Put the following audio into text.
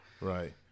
right